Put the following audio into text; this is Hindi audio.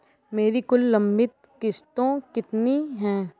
मेरी कुल लंबित किश्तों कितनी हैं?